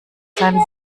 seinen